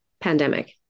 pandemic